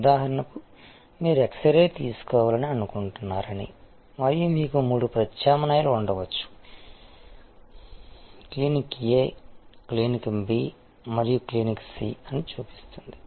ఉదాహరణకు మీరు X ray తీసుకోవాలనుకుంటున్నారని మరియు మీకు మూడు ప్రత్యామ్నాయాలు ఉండవచ్చు క్లినిక్ A క్లినిక్ B మరియు క్లినిక్ C అని చూపిస్తుంది